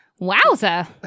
Wowza